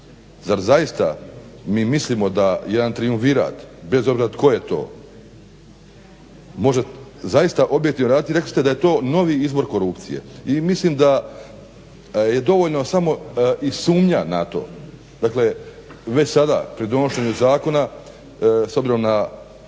Zar zaista mi mislimo da jedan trijumvirat, bez obzira tko je to, može zaista objektivno raditi? I rekli ste da je to novi izvor korupcije. I mislim da je dovoljno samo i sumnja na to. Dakle, već sada pri donošenju zakona s obzirom na